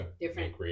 different